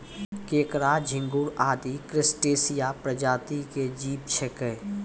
केंकड़ा, झिंगूर आदि क्रस्टेशिया प्रजाति के जीव छेकै